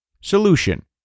Solution